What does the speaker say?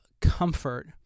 comfort